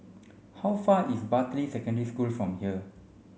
how far is Bartley Secondary School from here